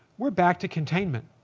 we're back to containment.